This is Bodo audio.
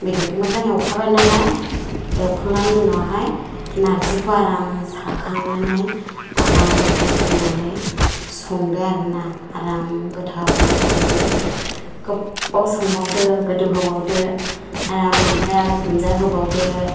बेदरखौ मोजां एवखाबायनालाय एवखांनायनि उनावहाय नार्जिखौ आराम साखांनानै आराम होसननानै संदो आरोना आराम गोथाव जानायनि गोबाव संबावदो गोदौ होबावदो आराम ओमफ्राय दुन्दिया होबावदो